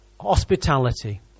hospitality